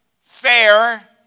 fair